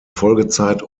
folgezeit